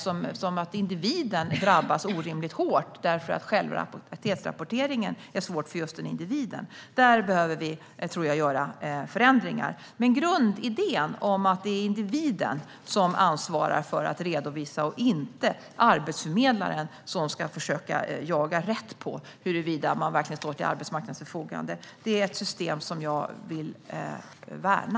Det kan vara så att individen drabbas orimligt hårt därför att aktivitetsrapportering är svårt för just den individen. Där behövs det nog förändringar. Men grundidén att det är individen som ansvarar för redovisningen och inte arbetsförmedlaren som ska försöka klargöra huruvida man verkligen står till arbetsmarknadens förfogande är ett system som jag vill värna.